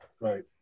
Right